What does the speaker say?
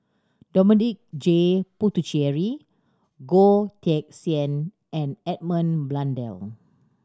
Dominic J Puthucheary Goh Teck Sian and Edmund Blundell